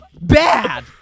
Bad